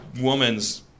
woman's